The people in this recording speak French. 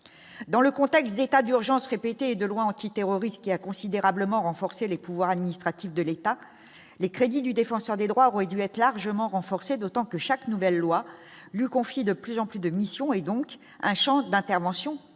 dans le contexte, l'état d'urgence répétés de loi antiterroriste qui a considérablement renforcé les pouvoirs administratifs de l'État, les crédits du défenseur des droits, on est dû être largement renforcé d'autant que chaque nouvelle loi lui confier de plus en plus de missions et donc un Champ d'intervention